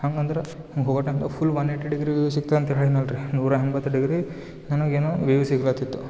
ಹೆಂಗಂದ್ರ ಹೋಗೊ ಟೈಮ್ಗಾ ಫುಲ್ ಒನ್ ಏಯ್ಟಿ ಡಿಗ್ರಿ ಸಿಗ್ತದಂತ ಹೇಳಿನಲ್ರಿ ನೂರಾ ಎಂಬತ್ತು ಡಿಗ್ರಿ ನನಗೇನು ವೀವ್ ಸಿಗ್ಬೋದಿತ್ತು